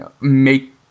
make